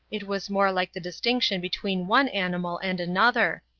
it was more like the distinction between one animal and another.